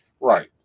Right